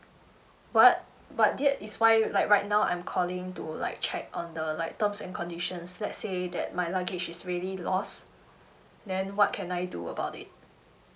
what but that is why like right now I'm calling to like check on the like terms and conditions let's say that my luggage is really lost then what can I do about it